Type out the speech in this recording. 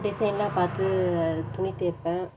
டிசைனெலாம் பார்த்து துணி தைப்பேன்